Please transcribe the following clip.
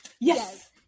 Yes